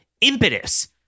impetus